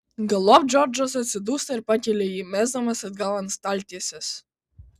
galop džordžas atsidūsta ir pakelia jį mesdamas atgal ant staltiesės